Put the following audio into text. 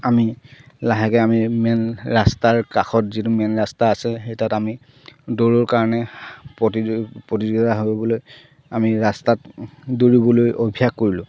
আমি লাহেকে আমি মেইন ৰাস্তাৰ কাষত যিটো মেইন ৰাস্তা আছে সেই তাত আমি দৌৰৰ কাৰণে প্ৰতিযোগিতা হ'বলৈ আমি ৰাস্তাত দৌৰিবলৈ অভ্যাস কৰিলোঁ